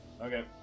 Okay